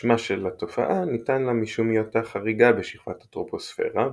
שמה של התופעה ניתן לה משום היותה חריגה בשכבת הטרופוספירה,